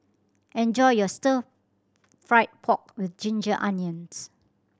enjoy your Stir Fried Pork With Ginger Onions